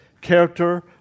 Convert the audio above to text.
character